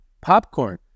Popcorn